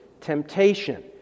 temptation